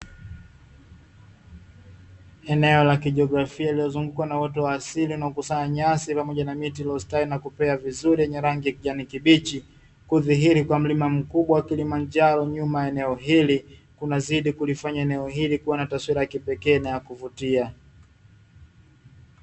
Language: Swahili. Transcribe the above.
Eneo la kijiografia lililozungukwa na uoto wa asili unaokusanywa nyasi pamoja na miti iliyostawi na kupea vizuri yenye rangi ya kijani kibichi, kudhihiri kwa mlima mkubwa wa Kilimanjaro nyuma ya eneo hili kunazidi kulifanya eneo hili kuwa na taswira ya kipekee na ya kuvutia.